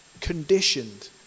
conditioned